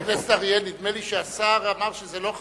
חבר הכנסת אריאל, נדמה לי שהשר אמר שזה לא חריג,